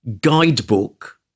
guidebook